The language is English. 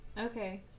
Okay